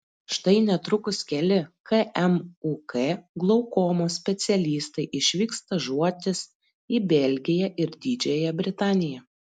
štai netrukus keli kmuk glaukomos specialistai išvyks stažuotis į belgiją ir didžiąją britaniją